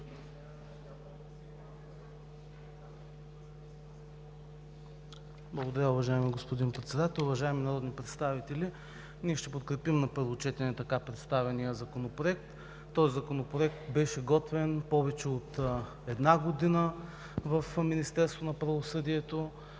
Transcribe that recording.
Благодаря, уважаеми господин Председател. Уважаеми народни представители, ние ще подкрепим на първо четене така представения законопроект. Този законопроект беше готвен повече от една година в Министерството на правосъдието.